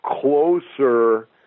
closer